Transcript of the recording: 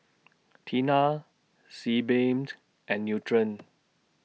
Tena Sebamed and Nutren